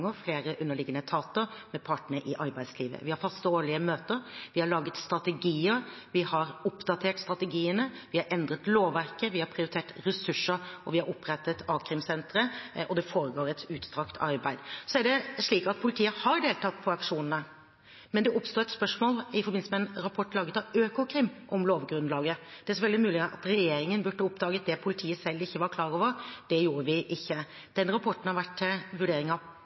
flere underliggende etater, med partene i arbeidslivet. Vi har faste, årlige møter. Vi har laget strategier, vi har oppdatert strategiene, vi har endret lovverket, vi har prioritert ressurser, og vi har opprettet a-krimsentre. Det foregår et utstrakt arbeid. Det er slik at politiet har deltatt i aksjonene, men det oppsto et spørsmål om lovgrunnlaget i forbindelse med en rapport laget av Økokrim. Det er selvfølgelig mulig at regjeringen burde oppdaget det politiet selv ikke var klar over. Det gjorde vi ikke. Den rapporten har vært til vurdering av